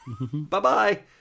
Bye-bye